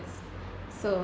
so